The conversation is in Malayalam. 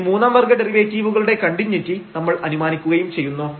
ഈ മൂന്നാം വർഗ ഡെറിവേറ്റീവുകളുടെ കണ്ടിന്യൂയിറ്റി നമ്മൾ അനുമാനിക്കുകയും ചെയ്യുന്നു